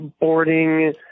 boarding